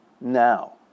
now